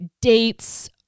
dates